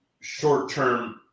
short-term